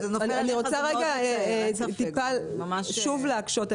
אני רוצה שוב להקשות.